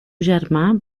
germà